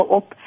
op